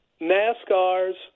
NASCAR's